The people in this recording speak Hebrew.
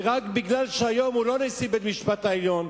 ורק מפני שהיום הוא לא נשיא בית-משפט העליון,